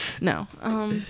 No